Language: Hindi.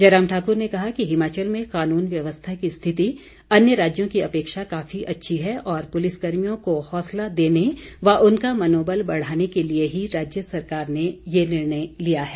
जयराम ठाकुर ने कहा कि हिमाचल में कानून व्यवस्था की स्थिति अन्य राज्यों की अपेक्षा काफी अच्छी है और पुलिस कर्मियों को हौंसला देने व उनका मनोबल बढ़ाने के लिए ही राज्य सरकार ने ये निर्णय लिया है